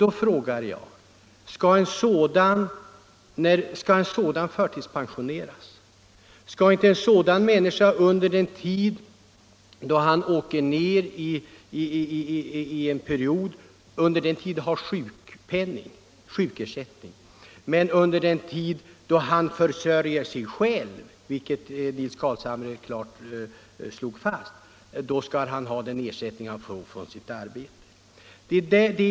Då frågar jag: Skall en sådan person förtidspensioneras? Skall inte vederbörande när han befinner sig i en nedgångsperiod i stället ha sjukpenning? Under den tid då han genom arbete försörjer sig skall han däremot — vilket herr Carlshamre klart slog fast — leva på den ersättning han får från sitt arbete.